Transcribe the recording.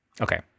Okay